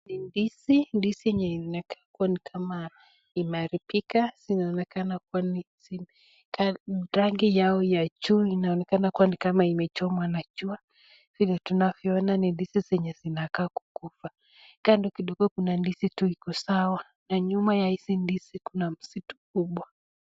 Hizi ni ndizi, ndizi zenye inakaa kuwa ni kama imeharibika, zinaonekana rangi yao ya juu inaonekana kuwa ni kama imechomwa na jua, vile tunavoone ni ndizi zenye zinakaa kukufa, kando kidogo kuna ndizi ndizi tu iko sawa, na nyuma ya hizi ndizi kuna msitu kubwa.